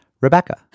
Rebecca